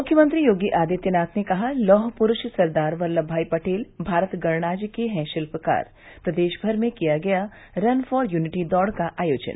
मुख्यमंत्री योगी आदित्यनाथ ने कहा लौह पुरूष सरदार वल्लभ भाई पटेल भारत गणराज्य के है शिल्पकार प्रदेश भर में किया गया रन फॉर यूनिटी दौड़ का आयोजन